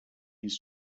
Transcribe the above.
his